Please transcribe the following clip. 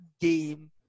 game